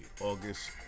August